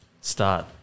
Start